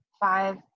five